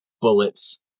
bullets